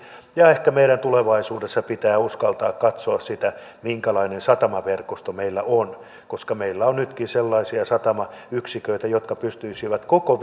ehkä meidän tulevaisuudessa pitää uskaltaa katsoa sitä minkälainen satamaverkosto meillä on koska meillä on nytkin sellaisia satamayksiköitä jotka pystyisivät koko